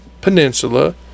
Peninsula